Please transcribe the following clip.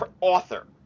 author